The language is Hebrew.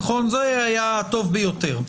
זה היה הטוב ביותר,